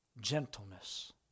gentleness